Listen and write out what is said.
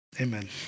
amen